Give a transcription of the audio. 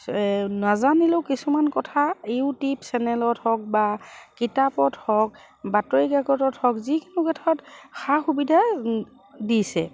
নাজানিলেও কিছুমান কথা ইউটিউব চেনেলত হওক বা কিতাপত হওক বাতৰি কাকতত হওক যিকোনো ক্ষেত্ৰত সা সুবিধা দিছে